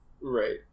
Right